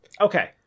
okay